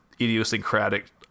idiosyncratic